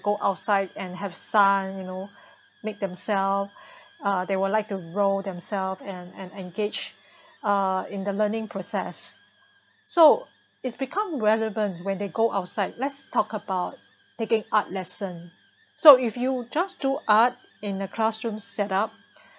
go outside and have sun you know make themselves uh they would like to roll themselves and and engage uh in the learning process so it become relevant when they go outside let's talk about taking art lesson so if you just do art in the classroom set up